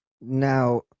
Now